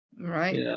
right